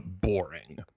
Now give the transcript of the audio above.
boring